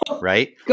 right